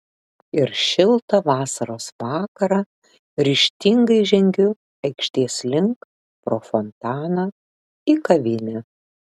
ir šiltą vasaros vakarą ryžtingai žengiu aikštės link pro fontaną į kavinę